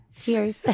Cheers